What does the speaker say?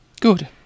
Good